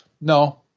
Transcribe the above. No